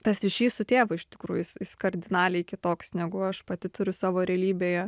tas ryšys su tėvu iš tikrųjų jis jis kardinaliai kitoks negu aš pati turiu savo realybėje